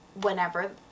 whenever